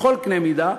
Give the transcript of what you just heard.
בכל קנה-מידה,